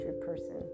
person